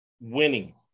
winning